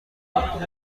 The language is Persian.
عرق